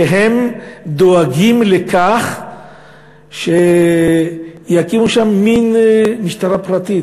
שדואגים לכך שיקימו שם מין משטרה פרטית.